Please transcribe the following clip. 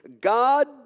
God